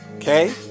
Okay